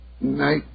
Night